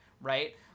right